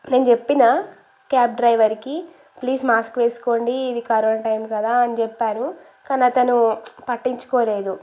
నేను చెప్పిన క్యాబ్ డ్రైవర్కి ప్లీజ్ మాస్క్ వేసుకోండి ఇది కరోనా టైం కదా అని చెప్పాను కానీ అతను పట్టించుకోలేదు